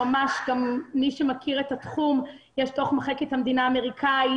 מי שמכיר את התחום יש בתוך מחלקת המדינה האמריקאית,